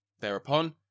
Thereupon